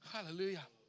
Hallelujah